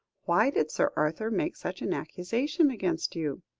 why did sir arthur make such an accusation against you?